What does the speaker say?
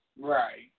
Right